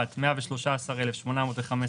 מה זה קשור, אם זה יהיה דרכם או לא דרכם האבטחה?